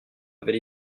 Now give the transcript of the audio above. avait